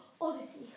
Odyssey